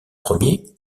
ier